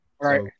Right